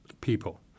people